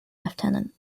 lieutenant